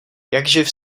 jakživ